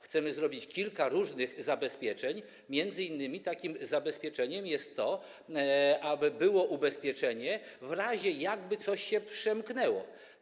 Chcemy zrobić kilka różnych zabezpieczeń, m.in. takim zabezpieczeniem jest to, aby było ubezpieczenie, gdyby coś się przemknęło.